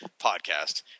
podcast